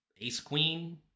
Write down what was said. ace-queen